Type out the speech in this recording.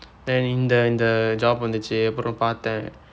then இந்த இந்த:indtha indtha job வந்தது அப்புறம் பார்த்தேன்:vandthathu appuram paarththeen